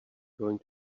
going